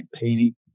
painting